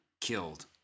killed